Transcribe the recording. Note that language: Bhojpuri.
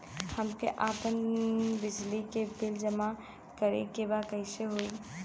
हमके आपन बिजली के बिल जमा करे के बा कैसे होई?